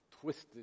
twisted